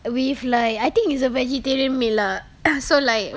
with like I think is a vegetarian meal lah so like